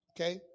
okay